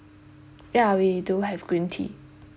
ya we do have green tea